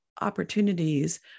opportunities